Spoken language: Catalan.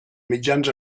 mitjans